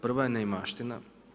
Prva je neimaština.